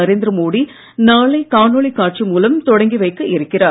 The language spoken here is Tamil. நரேந்திர மோடி நாளை காணொலி காட்சி மூலம் தொடங்கி வைக்க இருக்கிறார்